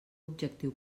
objectiu